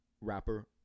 Rapper